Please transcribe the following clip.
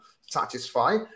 satisfy